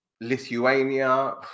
Lithuania